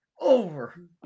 Over